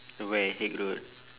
where Haig Road